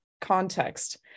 context